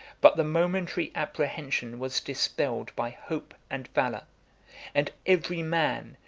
but the momentary apprehension was dispelled by hope and valor and every man,